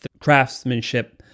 craftsmanship